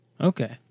Okay